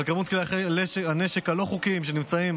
על מספר הנשק הלא-חוקיים שנמצאים